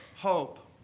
hope